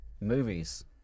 movies